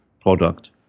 product